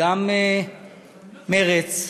גם מרצ.